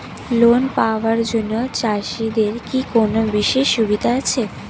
Loan পাওয়ার জন্য চাষিদের কি কোনো বিশেষ সুবিধা আছে?